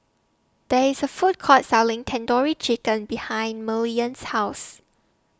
There IS A Food Court Selling Tandoori Chicken behind Maryellen's House